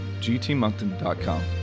gtmoncton.com